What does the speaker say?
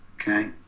Okay